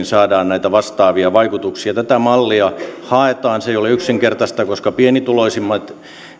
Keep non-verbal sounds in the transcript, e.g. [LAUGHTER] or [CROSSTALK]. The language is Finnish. [UNINTELLIGIBLE] saadaan näitä vastaavia vaikutuksia tätä mallia haetaan se ei ole yksinkertaista koska pienituloisimmat